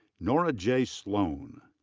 nora j. sloan.